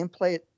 gameplay